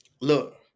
Look